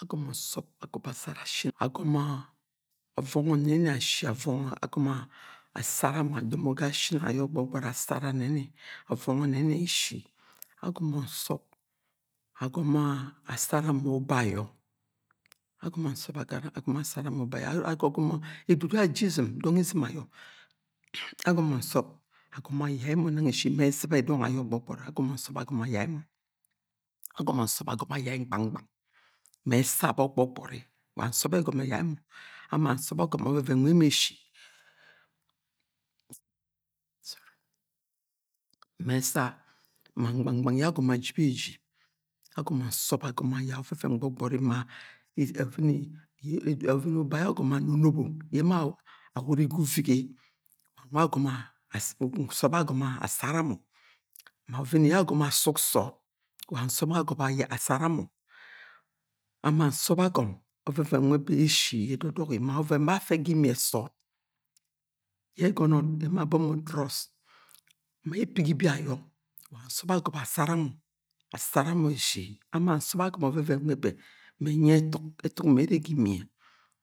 agomo nsob agomo asara shin agomo avongo neni ashi avongo agomo asara ma domo ga shin ayo gbogbori asara neni avongo neni eshi agomo nsob agomo asara ma uba ayo agomo nsob agogomo edudu ye aje izim, dong izim ayo agomo nsob agomo ayai mo nang eshi ma eziba edong ayo gbogbori agomo nsob agomo ayai mo, agomo nsob agomo ayai ngbangbang, ma esa abo gbogbori wa nsob egumo eyia mo, ama snob agomo oveven nwe eme eshi, ma esa, ma ngbangbang ye agomo aji beji agomo nsob agomo ayai oveven gbogbori ma uba ye agomo anonobo ye emo awuri ga uvige wa nwe snob agomo asara mo, ma ovini ye agomoasuksood wa snob agomo asara mo, ama snob agom oveven nwe be eshi edodogi ma oven ba afe ga imie sood ye egono emo abo mo dros, ma epigi- ibi ayo wa snob agomo asara mo, asara mo eshi, ama snob agom oveven nwe be me enyi etuk, etuk me ere ga imie